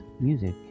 music